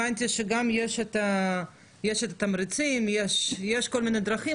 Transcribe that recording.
הבנתי שיש גם תמריצים ויש כל מיני דרכים.